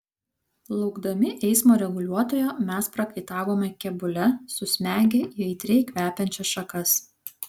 laukdami eismo reguliuotojo mes prakaitavome kėbule susmegę į aitriai kvepiančias šakas